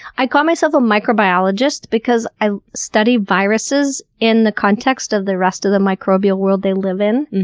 i call myself a microbiologist because i study viruses in the context of the rest of the microbial world they live in.